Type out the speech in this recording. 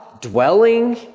dwelling